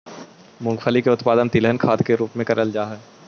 मूंगफली का उत्पादन तिलहन खाद के रूप में करेल जा हई